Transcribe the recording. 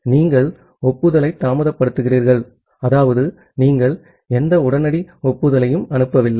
நீங்கள் ஒப்புதலை தாமதப்படுத்துகிறீர்கள் அதாவது நீங்கள் எந்த உடனடி ஒப்புதலையும் அனுப்பவில்லை